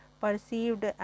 perceived